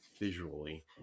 visually